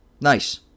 Nice